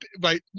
right